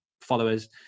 followers